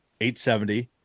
870